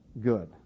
good